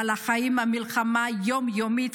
אבל החיים ממשיכים במלחמה יום-יומית,